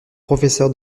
professeur